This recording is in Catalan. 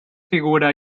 figura